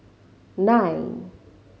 nine